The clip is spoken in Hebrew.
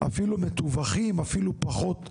אפילו מתווכים, אפילו פחות נדרשים,